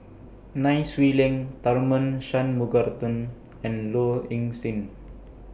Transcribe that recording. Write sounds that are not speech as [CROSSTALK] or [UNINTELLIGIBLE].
Nai Swee Leng Tharman [UNINTELLIGIBLE] and Low Ing Sing